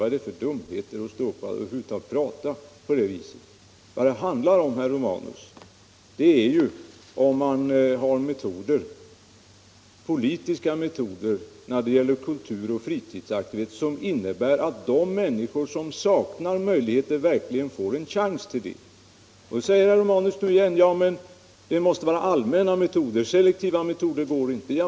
Vad är det för dumheter att över huvud taget prata på det viset? Vad det handlar om, herr Romanus, är ju om vi har sådana politiska metoder att vi kan ge de människor som saknar det en chans till kulturoch fritidsaktiviteter. Herr Romanus upprepar att vi måste ha allmänna metoder, att selektiva metoder inte är bra.